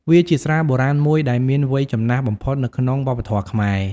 វាជាស្រាបុរាណមួយដែលមានវ័យចំណាស់បំផុតនៅក្នុងវប្បធម៌ខ្មែរ។